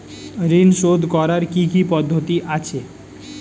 ঋন শোধ করার কি কি পদ্ধতি আছে?